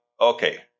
okay